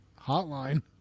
hotline